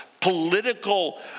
political